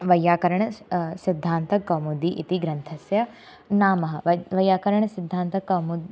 वैयाकरण सिद्धान्तकौमुदी इति ग्रन्थस्य नाम वेद वैयाकरणसिद्धान्तकौमुदी